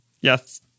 Yes